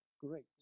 Great